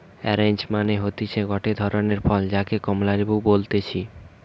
orange মানে হতিছে গটে ধরণের ফল যাকে কমলা লেবু বলতিছে